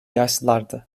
yaşlılardı